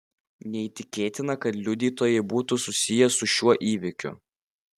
neįtikėtina kad liudytojai būtų susiję su šiuo įvykiu